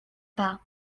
pas